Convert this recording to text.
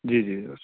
جی جی سر